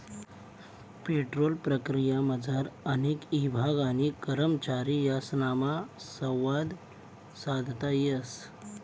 petrol प्रक्रियामझार अनेक ईभाग आणि करमचारी यासनामा संवाद साधता येस